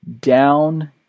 down